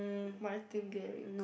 Martin Gary